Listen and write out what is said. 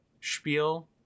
spiel